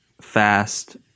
fast